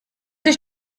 ich